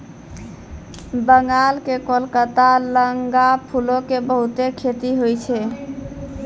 बंगाल के कोलकाता लगां फूलो के बहुते खेती होय छै